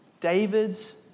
David's